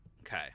Okay